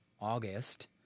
August